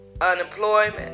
unemployment